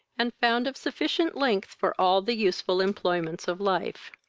and found of sufficient length for all the useful employments of life.